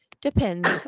depends